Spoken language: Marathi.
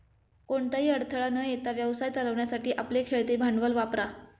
कोणताही अडथळा न येता व्यवसाय चालवण्यासाठी आपले खेळते भांडवल वापरा